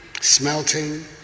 smelting